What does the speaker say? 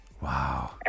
Wow